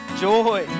joy